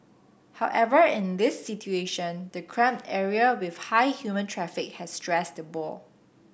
however in this situation the cramped area with high human traffic have stressed the boar